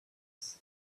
sets